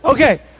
Okay